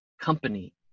company